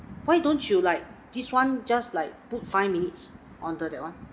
why don't you like this [one] just like put five minutes on the that [one]